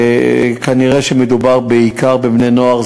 כנראה מדובר בעיקר בבני-נוער.